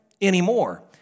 anymore